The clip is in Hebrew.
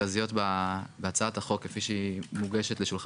החוק הזו זה שלא תועמס רגולציה על העסקים הקטנים,